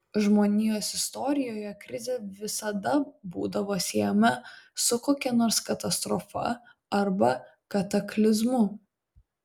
žmonijos istorijoje krizė visada būdavo siejama su kokia nors katastrofa arba kataklizmu